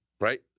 right